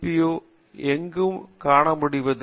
you எங்கும் காண முடிவதில்லை